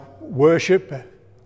worship